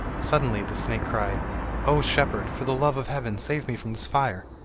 suddenly the snake cried o shepherd! for the love of heaven save me from this fire